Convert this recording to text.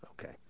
Okay